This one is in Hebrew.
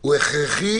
הוא הכרחי